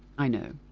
i know.